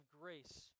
grace